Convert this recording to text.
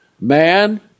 man